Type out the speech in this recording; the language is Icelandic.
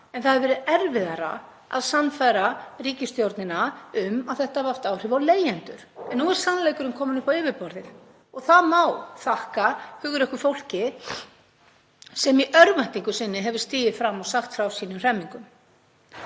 en það hefur verið erfiðara að sannfæra ríkisstjórnina um að þetta hafi haft áhrif á leigjendur. Nú er sannleikurinn kominn upp á yfirborðið og það má þakka hugrökku fólki sem í örvæntingu sinni hefur stigið fram og sagt frá hremmingum